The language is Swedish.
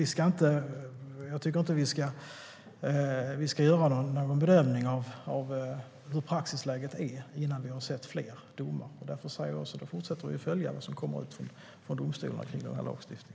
Jag tycker inte att vi ska göra någon bedömning av hur praxisläget är innan vi har sett fler domar. Vi fortsätter att följa vad som kommer från domstolarna om denna lagstiftning.